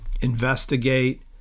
investigate